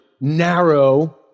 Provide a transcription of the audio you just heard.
narrow